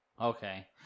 Okay